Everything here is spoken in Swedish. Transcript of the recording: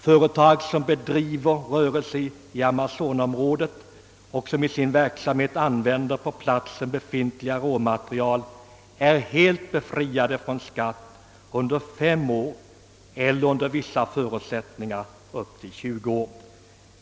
Företag som bedriver rörelse i Amazonområdet och som i sin verksamhet använder på platsen befintligt råmaterial är helt befriade från skatt under fem år eller, under vissa förutsättningar, upp till tjugo år.